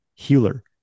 healer